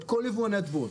את כל יבואני התבואות.